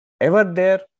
ever-there